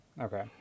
okay